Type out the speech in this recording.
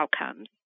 outcomes